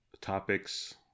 topics